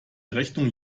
rechnung